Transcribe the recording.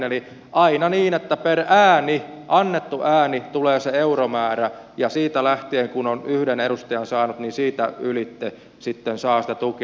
eli aina niin että per ääni annettu ääni tulee se euromäärä ja siitä lähtien kun on yhden edustajan saanut sitten saa sitä tukea